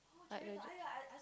like legit